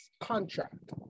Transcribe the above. contract